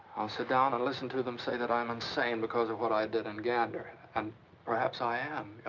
i'll sit down and listen to them say that i'm insane because of what i did in gander. and perhaps i am.